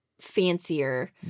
fancier